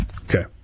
Okay